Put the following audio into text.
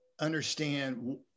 understand